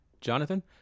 Jonathan